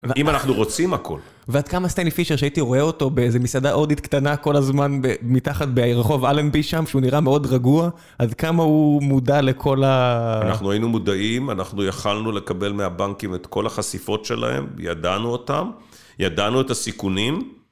אם אנחנו רוצים הכל. ועד כמה סטנלי פישר, שהייתי רואה אותו באיזו מסעדה הודית קטנה כל הזמן, מתחת ברחוב אלנבי שם, שהוא נראה מאוד רגוע, עד כמה הוא מודע לכל ה... אנחנו היינו מודעים, אנחנו יכלנו לקבל מהבנקים את כל החשיפות שלהם, ידענו אותם, ידענו את הסיכונים.